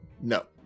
no